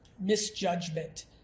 misjudgment